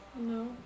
No